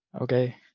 okay